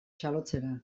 txalotzera